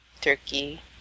turkey